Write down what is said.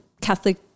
Catholic